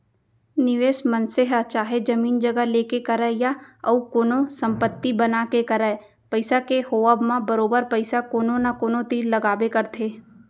निवेस मनसे ह चाहे जमीन जघा लेके करय या अउ कोनो संपत्ति बना के करय पइसा के होवब म बरोबर पइसा कोनो न कोनो तीर लगाबे करथे